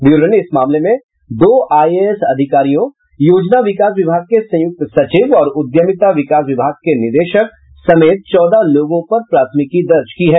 bureau ने इस मामले में दो आईएएस अधिकारियों योजना विकास विभाग के संयुक्त सचिव और उद्यमिता विकास विभाग के निदेशक समेत चौदह लोगों पर प्राथमिकी दर्ज की है